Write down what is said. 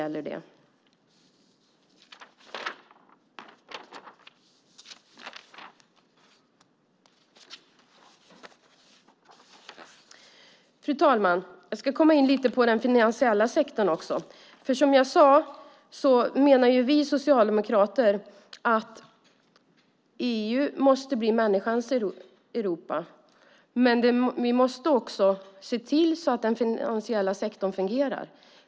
Fru talman! Jag ska komma in lite på den finansiella sektorn också. Vi socialdemokrater menar att Europa måste bli människans Europa, men vi måste också se till att den finansiella sektorn fungerar.